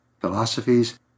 philosophies